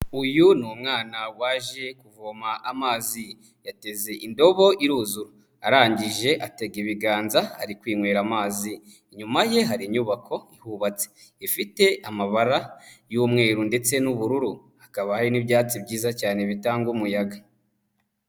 Uyu ni umwana waje kuvoma amazi, yateze indobo iruzura arangije atega ibiganza ari kwinywera amazi, inyuma ye hari inyubako ihubatse ifite amabara y'umweru ndetse n'ubururu, hakaba hari n'ibyatsi byiza cyane bitanga umuyaga.